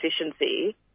efficiency